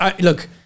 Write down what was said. look